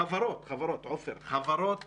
חברות, עפר, חברות